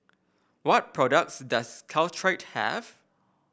what products does Caltrate have